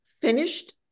finished